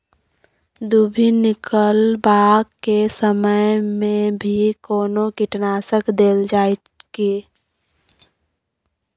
दुभी निकलबाक के समय मे भी कोनो कीटनाशक देल जाय की?